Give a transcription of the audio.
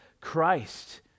Christ